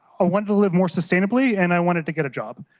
ah wanted to live more sustainably and i wanted to get a job.